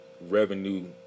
revenue